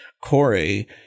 Corey